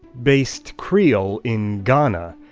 based creole in ghana.